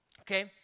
okay